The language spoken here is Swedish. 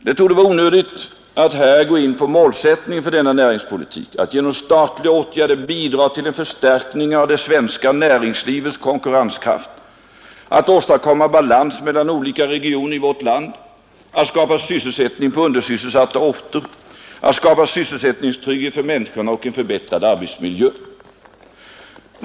Det torde vara onödigt att här gå in på målsättningen för denna näringspolitik — att genom statliga åtgärder bidra till en förstärkning av det svenska näringslivets konkurrenskraft, att åstadkomma balans mellan olika regioner i vårt land, att skapa sysselsättning på undersysselsatta orter, att skapa sysselsättningstrygghet för människorna och en förbättrad arbetsmiljö.